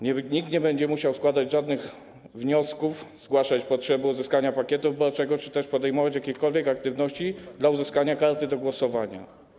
Nikt nie będzie musiał składać żadnych wniosków, zgłaszać potrzeby uzyskania pakietu wyborczego czy też podejmować jakiejkolwiek aktywności w celu uzyskania karty do głosowania.